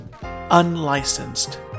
Unlicensed